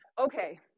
okay